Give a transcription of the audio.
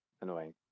annoying